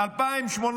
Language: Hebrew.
2018,